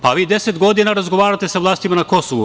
Pa, vi 10 godina razgovarate sa vlastima na Kosovu.